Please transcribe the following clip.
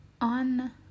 on